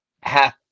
half –